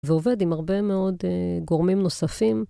ועובד עם הרבה מאוד גורמים נוספים.